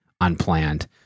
unplanned